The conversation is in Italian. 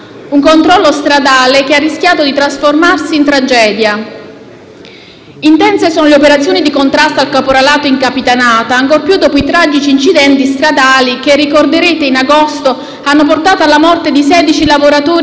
Intense sono le operazioni di contrasto al caporalato in Capitanata, ancor più dopo i tragici incidenti stradali che - come ricorderete - nell'agosto scorso hanno portato alla morte di 16 lavoratori immigrati che viaggiavano su furgoni fatiscenti sulle strade del foggiano.